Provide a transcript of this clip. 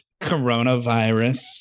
coronavirus